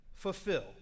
Fulfill